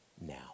now